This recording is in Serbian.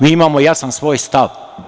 Mi imamo jasan svoj stav.